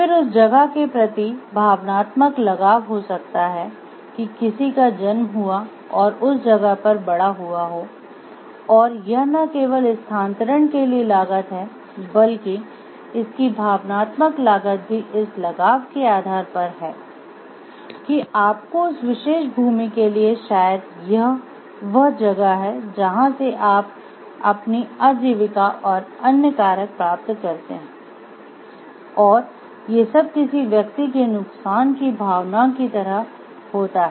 फिर उस जगह के प्रति भावनात्मक लगाव हो सकता है कि किसी का जन्म हुआ और उस जगह पर बड़ा हुआ हो और यह न केवल स्थानांतरण के लिए लागत है बल्कि इसकी भावनात्मक लागत भी इस लगाव के आधार पर है कि आपको उस विशेष भूमि के लिए और शायद यह वह जगह है जहाँ से आप अपनी आजीविका और अन्य कारक प्राप्त करते हैं और ये सब किसी व्यक्ति के नुकसान की भवना की तरह होता है